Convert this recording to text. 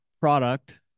product